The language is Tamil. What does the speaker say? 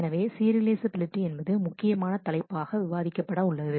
எனவே சீரியலைஃசபிலிட்டி என்பது முக்கியமான தலைப்பாக விவாதிக்கப்பட உள்ளது